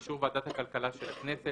באישור ועדת הכלכלה של הכנסת,